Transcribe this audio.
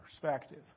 perspective